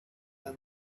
and